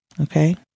Okay